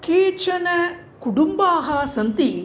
केचन कुटुम्बाः सन्ति